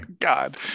God